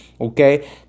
Okay